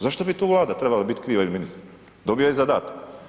Zašto bi tu Vlada trebala bit kriva il ministar, dobio je zadatak.